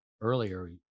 earlier